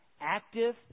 active